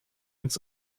ins